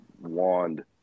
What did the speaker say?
wand